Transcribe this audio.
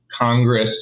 Congress